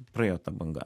praėjo ta banga